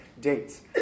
dates